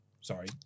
Sorry